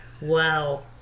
Wow